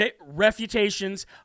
refutations